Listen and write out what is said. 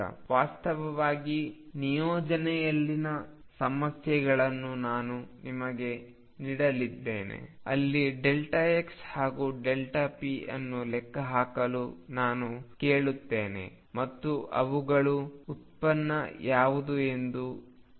ವಾಸ್ತವವಾಗಿ ನಿಯೋಜನೆಯಲ್ಲಿನ ಸಮಸ್ಯೆಗಳನ್ನು ನಾನು ನಿಮಗೆ ನೀಡಲಿದ್ದೇನೆ ಅಲ್ಲಿ x ಹಾಗೂ p ಅನ್ನು ಲೆಕ್ಕಹಾಕಲು ನಾನು ಕೇಳುತ್ತೇನೆ ಮತ್ತು ಅವುಗಳ ಉತ್ಪನ್ನ ಯಾವುದು ಎಂದು ನೋಡಿ